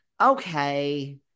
okay